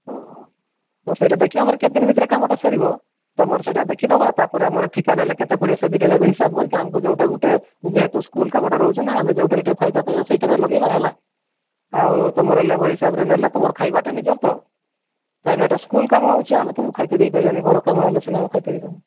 ଓ ହୋ ତ ସେଇଟା ଦେଖି ଆମର କେତେଦିନରେ ଆମ କାମଟା ସରିବ ତୁମର ସେଇଟା ଦେଖିଦେବା ତା'ପରେ ଆମର ଠିକା ନେଲେ କେତେ ପଡ଼ିବ ସେ ଦୁଇଟାଯାକ ହିସାବ କରିକି ଆମକୁ ଯେଉଁଟା ଗୁଟେ ଯେହେତୁ ସ୍କୁଲ୍ କାମଟା ରହୁଛି ନା ଆମେ ଯେଉଁଟାରେ ଟିକିଏ ଫାଇଦା ପାଇବା ସେଇଟାରେ ଟିକିଏ ଲଗେଇବା ହେଲା ଆଉ ତୁମର ଲେବର ହିସାବରେ ନେଲେ ତୁମର ଖାଇବାଟା ନିଜର ତ କାଇଁନା ଏଟା ସ୍କୁଲ୍ କାମ ହେଉଛୁ ଆମେ ତୁମକୁ ଖାଇତେ ଦେଇପାରିବାନି ଘର କାମ ହେଇଥିଲେ ଆମେ ଖାଇତେ ଦେଇଦେବୁ